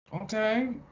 Okay